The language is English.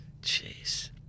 Jeez